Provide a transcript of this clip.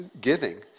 giving